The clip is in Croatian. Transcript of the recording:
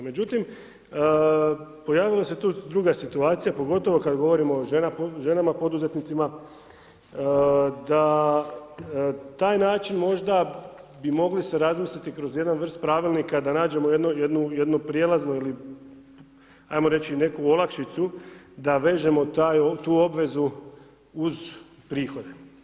Međutim, pojavila se tu druga situacija, pogotovo kad govorimo o ženama poduzetnicima, da taj način možda bi mogli se razmisliti kroz jedan vrst Pravilnika da nađemo jedno, jednu, jednu prijelaznu ili ajmo reći neku olakšicu da vežemo tu obvezu uz prihode.